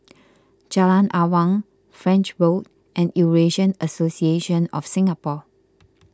Jalan Awang French Road and Eurasian Association of Singapore